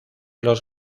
los